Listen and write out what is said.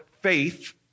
faith